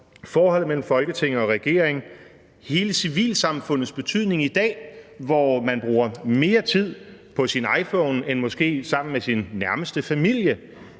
forholdet mellem Folketinget og regeringen, hele civilsamfundets betydning i dag, hvor man måske bruger mere tid på sin iPhone end på at være sammen med sin nærmeste familie,